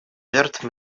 жертв